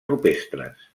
rupestres